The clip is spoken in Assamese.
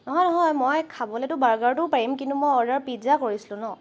নহয় নহয় খাবলৈতো বাৰ্গাৰটোও পাৰিম কিন্তু মই অৰ্ডাৰ পিজ্জা কৰিছিলোঁ ন